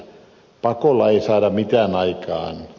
pakolla ei saada mitään aikaan